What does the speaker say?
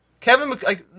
Kevin